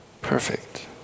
perfect